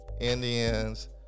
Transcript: Indians